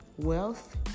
Wealth